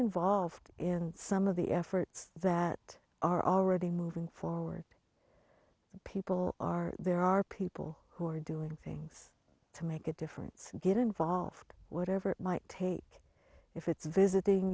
involved in some of the efforts that are already moving forward people are there are people who are doing things to make a difference get involved whatever it might take if it's visiting